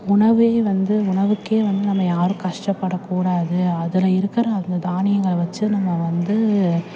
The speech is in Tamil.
உணவே வந்து உணவுக்கே வந்து நம்ம யாரும் கஷ்டப்படக்கூடாது அதில் இருக்கிற அந்த தானியங்களை வெச்சு நம்ம வந்து